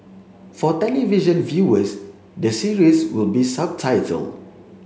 for television viewers the series will be subtitled